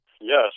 Yes